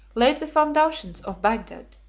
laid the foundations of bagdad,